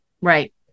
Right